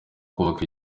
kubaka